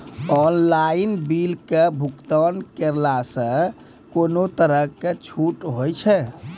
Online बिलक भुगतान केलासॅ कुनू तरहक छूट भेटै छै?